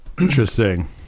Interesting